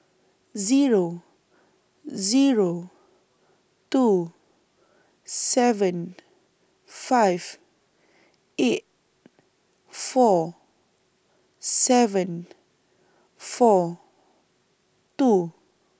Zero Zero two seven five eight four seven four two